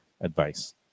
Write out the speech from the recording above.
advice